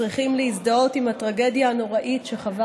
צריכים להזדהות עם הטרגדיה הנוראה שחווה